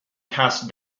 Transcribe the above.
cast